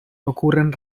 ocurren